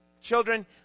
Children